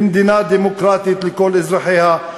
במדינה דמוקרטית לכל אזרחיה,